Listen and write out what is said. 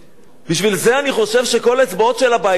בשביל זה אני חושב שכל האצבעות של הבית הזה,